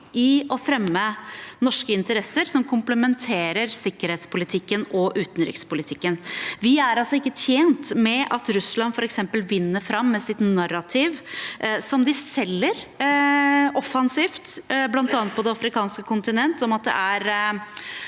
å fremme norske interesser, som komplementerer sikkerhetspolitikken og utenrikspolitikken. Vi er altså ikke tjent med at Russland f.eks. vinner fram med sitt narrativ, som de selger offensivt, bl.a. på det afrikanske kontinent, om at det er